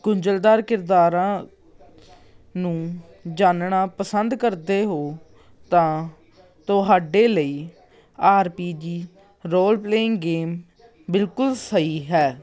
ਗੁੰਝਲਦਾਰ ਕਿਰਦਾਰਾਂ ਨੂੰ ਜਾਣਨਾ ਪਸੰਦ ਕਰਦੇ ਹੋ ਤਾਂ ਤੁਹਾਡੇ ਲਈ R P G role playing game ਬਿਲਕੁਲ ਸਹੀ ਹੈ